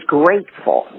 grateful